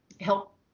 help